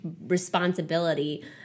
responsibility